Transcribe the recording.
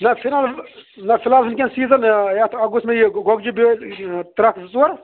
نہَ فِلحال چھُس بہٕ نہَ فِلحال چھُ وُنکٮ۪ن سیٖزَن آ یَتھ اَکھ گوٚژھ مےٚ یہِ گۄگجہِ بیوٚل تَرٛکھ زٕ ژور